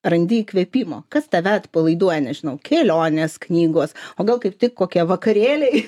randi įkvėpimo kas tave atpalaiduoja nežinau kelionės knygos o gal kaip tik kokie vakarėliai